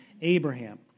Abraham